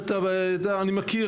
ואלה שכאן,